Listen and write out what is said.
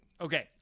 Okay